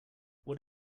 what